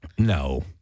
No